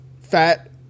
fat